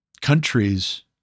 Countries